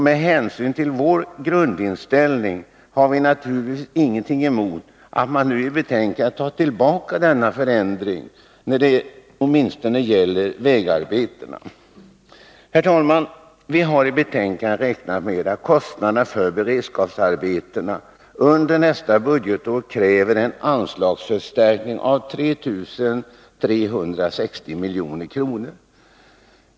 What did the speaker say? Med hänsyn till vår grundinställning har vi naturligtvis ingenting emot att man nu i betänkandet tar tillbaka denna förändring åtminstone när det gäller vägarbetena. Herr talman! Vi har i betänkandet räknat med att kostnaderna för beredskapsarbetena under nästa budgetår kräver en anslagsförstärkning av 3360 milj.kr.